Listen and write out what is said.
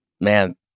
man